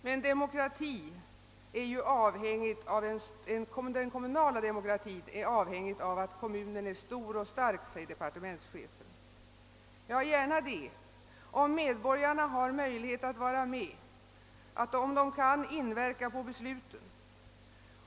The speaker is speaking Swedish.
Men den kommunala demokratin är ju avhängig av att kommunen är stor och stark, säger departementschefen. Ja, gärna det, om medborgarna har möjlighet att vara med, och om de kan inverka på besluten.